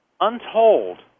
untold